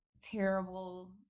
terrible